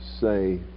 say